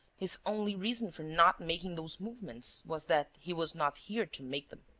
his only reason for not making those movements was that he was not here to make them.